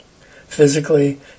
physically